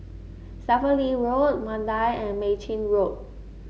Stephen Lee Road Mandai and Mei Chin Road